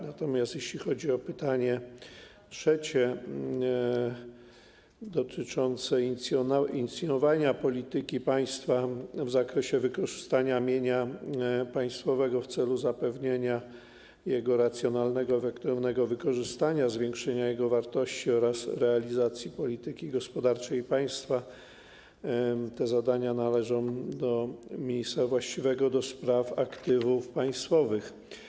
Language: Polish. Natomiast jeśli chodzi o pytanie trzecie, dotyczące inicjowania polityki państwa w zakresie wykorzystania mienia państwowego w celu zapewnienia jego racjonalnego, efektywnego wykorzystania, zwiększenia jego wartości oraz realizacji polityki gospodarczej państwa, to te zadania należą do ministra właściwego do spraw aktywów państwowych.